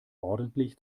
ordentlich